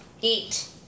Eat